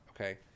Okay